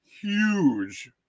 huge